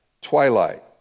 twilight